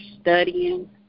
studying